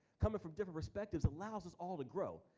coming from different perspectives allows us all to grow.